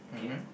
mmhmm